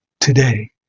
today